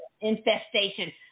infestation